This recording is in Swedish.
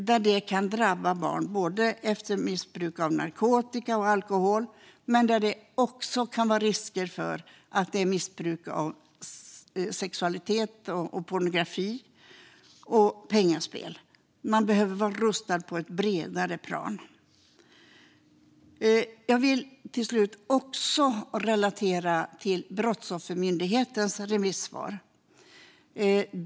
Trauma kan drabba barn efter missbruk av narkotika och alkohol, men det kan också finnas risker förknippade med missbruk av sexualitet, pornografi och pengaspel. De behöver vara rustade på ett bredare plan. Jag vill till slut relatera också till Brottsoffermyndighetens remissvar.